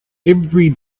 every